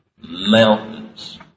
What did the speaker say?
Mountains